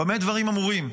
במה דברים אמורים?